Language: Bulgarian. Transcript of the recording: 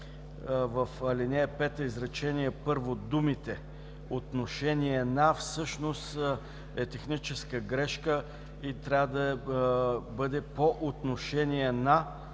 в ал. 5 изречение първо думите „отношение на“, всъщност е техническа грешка и трябва да бъде „по отношение на